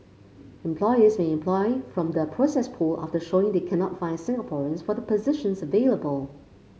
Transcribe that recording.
employers may employ from the processed pool after showing they cannot find Singaporeans for the positions available